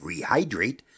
rehydrate